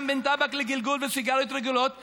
בין טבק לגלגול וסיגריות רגילות גורם,